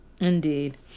Indeed